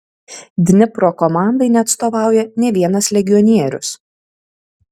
dnipro komandai neatstovauja nė vienas legionierius